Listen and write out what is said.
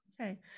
okay